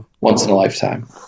Once-in-a-lifetime